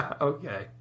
Okay